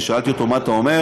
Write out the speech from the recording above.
ושאלתי אותו: מה אתה אומר?